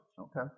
Okay